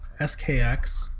SKX